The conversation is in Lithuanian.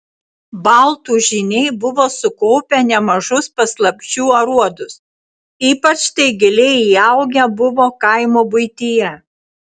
baltų žyniai buvo sukaupę nemažus paslapčių aruodus ypač tai giliai įaugę buvo kaimo buityje